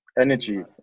Energy